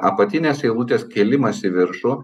apatinės eilutės kėlimas į viršų